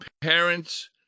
parents